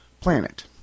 planet